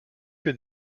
que